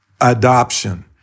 adoption